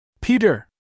Peter